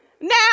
Now